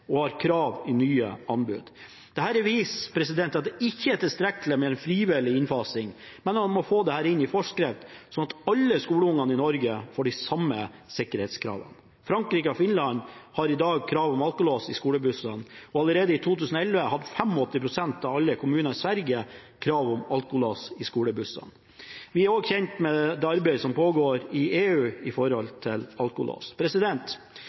og har krav i nye anbud. Dette viser at det ikke er tilstrekkelig med en frivillig innfasing, men at man må få dette inn i forskrift, slik at alle skolebarn i Norge får de samme sikkerhetskravene. Frankrike og Finland har i dag krav om alkolås i skolebussene, og allerede i 2011 hadde 85 pst. av alle kommuner i Sverige krav om alkolås i skolebussene. Vi er også kjent med det arbeidet som pågår i EU med hensyn til alkolås.